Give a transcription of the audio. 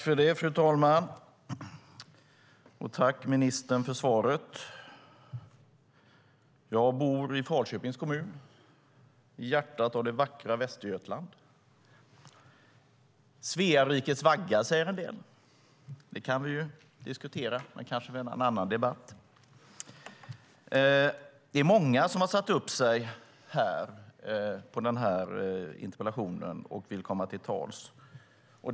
Fru talman! Tack ministern för svaret! Jag bor i Falköpings kommun, i hjärtat av det vackra Västergötland. Svea rikes vagga, säger en del. Det kan vi ju diskutera, men kanske i en annan debatt. Det är många som har satt upp sig på talarlistan och vill komma till tals i den här interpellationsdebatten.